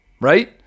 right